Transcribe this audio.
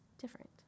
different